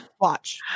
Watch